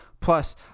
Plus